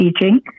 teaching